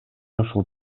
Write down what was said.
ушул